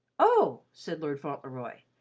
oh! said lord fauntleroy,